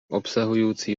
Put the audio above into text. obsahujúci